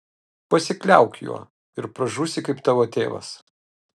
pasikliauk juo ir pražūsi kaip tavo tėvas